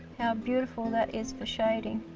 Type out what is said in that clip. how beautiful that is for shading